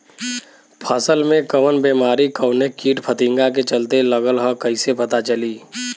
फसल में कवन बेमारी कवने कीट फतिंगा के चलते लगल ह कइसे पता चली?